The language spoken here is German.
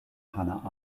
hannah